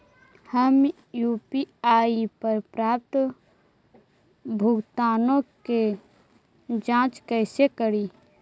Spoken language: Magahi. हम यु.पी.आई पर प्राप्त भुगतानों के जांच कैसे करी?